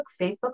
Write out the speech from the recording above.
Facebook